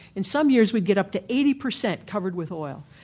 in some years we'd get up to eighty percent covered with oil.